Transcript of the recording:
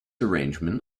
arrangement